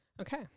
Okay